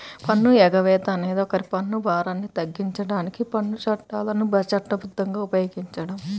పన్ను ఎగవేత అనేది ఒకరి పన్ను భారాన్ని తగ్గించడానికి పన్ను చట్టాలను చట్టబద్ధంగా ఉపయోగించడం